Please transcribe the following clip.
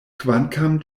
kvankam